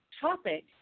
topic